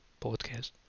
podcast